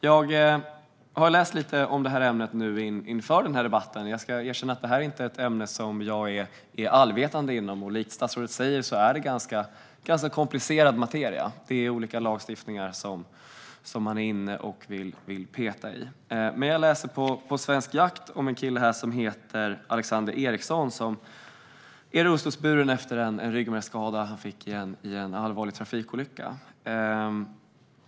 Jag har läst lite grann om detta ämne inför denna debatt, men jag ska erkänna att detta inte är ett ämne där jag är allvetande. Som statsrådet säger är det ganska komplicerad materia. Det är olika lagstiftningar som man vill peta i. På Svensk Jakt läser jag om en kille som heter Alexander Eriksson, som är rullstolsburen efter en ryggmärgsskada som han fick vid en allvarlig trafikolycka.